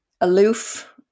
aloof